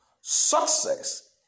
Success